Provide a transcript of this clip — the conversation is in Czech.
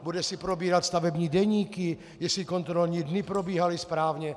Bude si probírat stavební deníky, jestli kontrolní dny probíhaly správně?